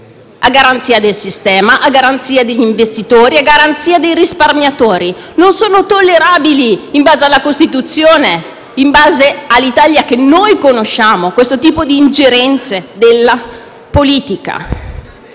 a garanzia del sistema, a garanzia degli investitori, a garanzia dei risparmiatori, e quindi non è tollerabile, in base alla Costituzione e per l'Italia che noi conosciamo, questo tipo di ingerenze della politica.